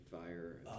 fire